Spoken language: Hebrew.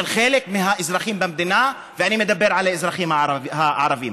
חלק מהאזרחים במדינה ואני מדבר על האזרחים הערבים.